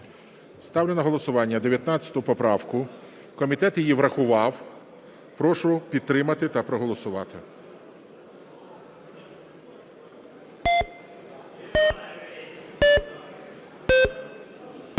Ставлю на голосування 19 поправку. Комітет її врахував. Прошу підтримати та проголосувати.